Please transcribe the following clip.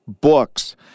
books